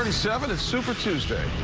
um seven super tuesday.